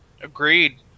Agreed